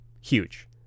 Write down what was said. Huge